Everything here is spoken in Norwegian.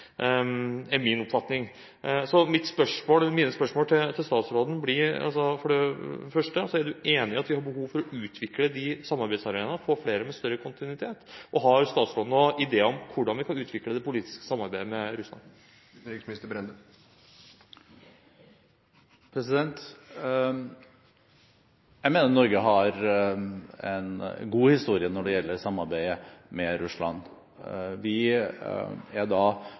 Mine spørsmål til statsråden blir for det første: Er statsråden enig i at vi har behov for å utvikle de samarbeidsarenaene og få flere med bedre kontinuitet? Har statsråden noen ideer om hvordan vi kan utvikle det politiske samarbeidet med Russland? Jeg mener at Norge har en god historie når det gjelder samarbeidet med Russland. Vi er